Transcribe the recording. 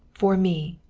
for me.